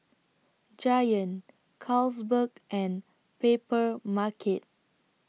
Giant Carlsberg and Papermarket